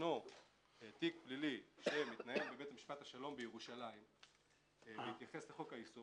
ישנו תיק פלילי שמתנהל בבית משפט השלום בירושלים בהתייחס לחוק היישום,